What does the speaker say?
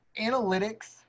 analytics